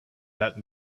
that